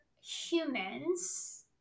humans